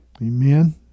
Amen